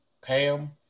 Pam